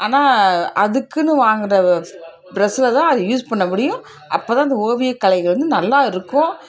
ஆனால் அதுக்குன்னு வாங்குகிற ப்ரஷ்ல தான் அது யூஸ் பண்ண முடியும் அப்போதான் அந்த ஓவியக் கலை வந்து நல்லா இருக்கும்